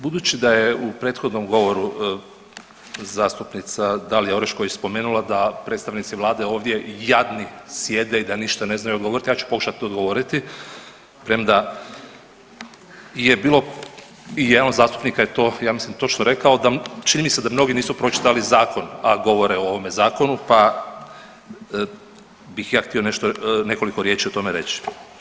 Budući da je u prethodnom govoru zastupnica Dalija Orešković spomenula da predstavnici vlade ovdje jadni sjede i da ništa ne znaju odgovorit, ja ću pokušat odgovoriti premda je bilo i jedan od zastupnika je to ja mislim točno rekao da čini mi se da mnogi nisu pročitali zakon, a govore o ovome zakonu, pa bih ja htio nešto, nekoliko riječi o tome reći.